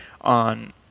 on